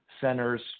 centers